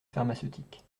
pharmaceutique